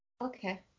Okay